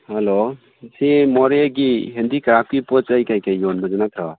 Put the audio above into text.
hello ꯁꯤ ꯃꯣꯔꯦꯒꯤ ꯍꯦꯟꯗꯤꯀ꯭ꯔꯥꯐꯀꯤ ꯄꯣꯠꯆꯩ ꯀꯩ ꯀꯩ ꯌꯣꯟꯕꯗꯨ ꯅꯠꯇ꯭ꯔꯣ